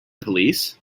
police